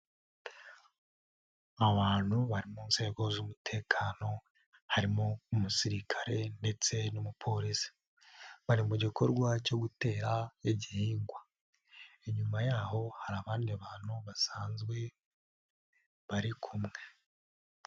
Abantu bari mu nzego z'umutekano, harimo umusirikare ndetse n'umupolisi. Bari mu gikorwa cyo gutera igihingwa, inyuma yaho hari abandi bantu basanzwe, bari kumwe.